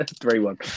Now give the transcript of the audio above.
Three-one